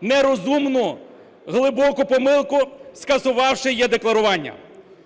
нерозумну, глибоку помилку, скасувавши е-декларування.